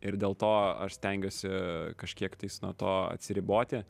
ir dėl to aš stengiuosi kažkiek tais nuo to atsiriboti